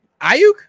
Ayuk